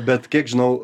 bet kiek žinau